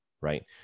right